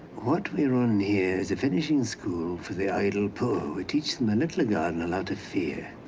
what we run here is a finishing school for the idle poor. we teach them a little of god and a lot of fear.